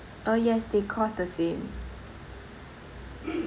uh yes they cost the same